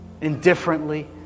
indifferently